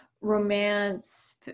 romance